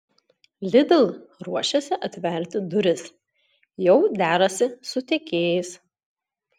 lidl ruošiasi atverti duris jau derasi su tiekėjais